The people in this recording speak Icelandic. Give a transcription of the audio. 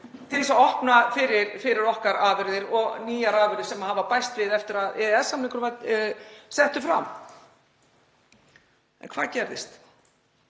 til þess að opna fyrir okkar afurðir og nýjar afurðir sem hafa bæst við eftir að EES-samningurinn var settur fram. En hvað gerðist?